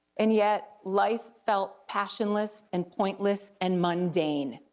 and yet life felt passionless and pointless and mundane.